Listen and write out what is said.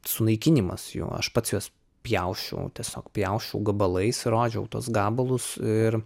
sunaikinimas jo aš pats juos pjausčiau tiesiog pjausčiau gabalais rodžiau tuos gabalus ir